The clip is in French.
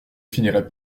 finirait